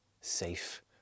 safe